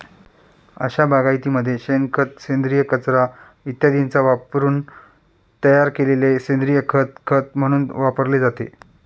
अशा बागायतीमध्ये शेणखत, सेंद्रिय कचरा इत्यादींचा वापरून तयार केलेले सेंद्रिय खत खत म्हणून वापरले जाते